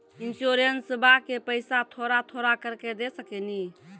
इंश्योरेंसबा के पैसा थोड़ा थोड़ा करके दे सकेनी?